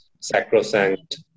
sacrosanct